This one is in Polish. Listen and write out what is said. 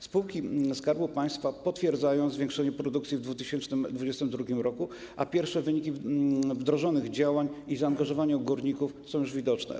Spółki Skarbu Państwa potwierdzają zwiększenie produkcji w 2022 r., a pierwsze wyniki wdrożonych działań i zaangażowania górników są już widoczne.